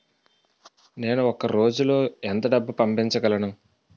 నేను ఒక రోజులో ఎంత డబ్బు పంపించగలను?